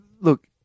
look